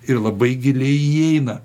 ir labai giliai įeina